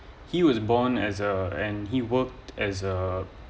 he was born as a and he worked as a